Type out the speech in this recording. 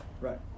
Right